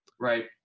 Right